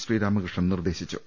ശ്രീരാമകൃഷ്ണൻ നിർദ്ദേശിച്ചു